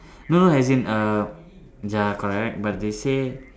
no no as in uh ya correct but they say